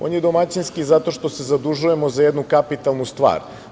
On je domaćinski zato što se zadužujemo za jednu kapitalnu stvar.